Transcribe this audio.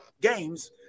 games